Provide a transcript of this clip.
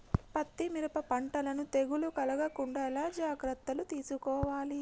పత్తి మిరప పంటలను తెగులు కలగకుండా ఎలా జాగ్రత్తలు తీసుకోవాలి?